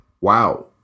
wow